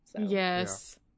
Yes